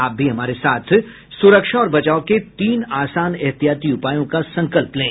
आप भी हमारे साथ सुरक्षा और बचाव के तीन आसान एहतियाती उपायों का संकल्प लें